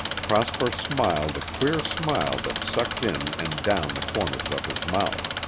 prosper smiled a queer smile that sucked in and down the corners of his mouth.